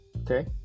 Okay